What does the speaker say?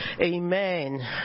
Amen